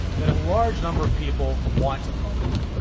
that a large number of people want to own,